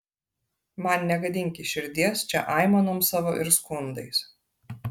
man negadinki širdies čia aimanom savo ir skundais